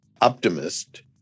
optimist